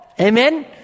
Amen